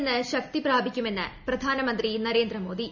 നിന്നു ശക്തിപ്രാപിക്കുമെന്ന് പ്രധാനമന്ത്രി നരേന്ദ്രമോദി